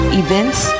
events